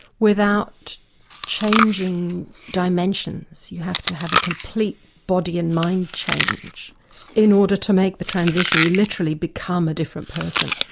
without changing dimensions. dimensions. you have to have a complete body and mind change in order to make the transition. you literally become a different person.